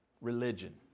religion